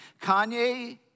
Kanye